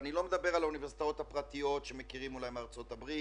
ואני לא מדבר על האוניברסיטאות הפרטיות שמכירים מארצות הברית.